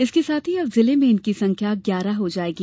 इसके साथ ही अब जिले में इनकी संख्या ग्यारह हो जायेगी